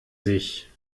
sich